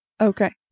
Okay